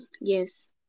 yes